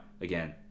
again